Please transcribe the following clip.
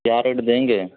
क्या रेट देंगे